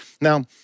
Now